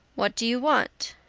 what do you want?